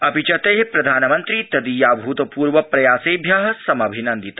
अपि च तै प्रधानमन्त्री तदीयाभूतपूर्व प्रयासेभ्य समभिनन्दित